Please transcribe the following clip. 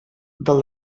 del